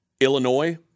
Illinois